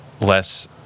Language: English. less